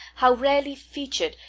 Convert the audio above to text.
how rarely featur'd,